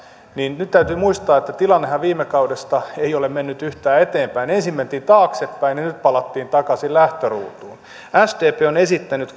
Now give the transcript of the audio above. niin täytyy muistaa että tilannehan viime kaudesta ei ole mennyt yhtään eteenpäin ensin mentiin taaksepäin ja nyt palattiin takaisin lähtöruutuun sdp on esittänyt